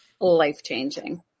life-changing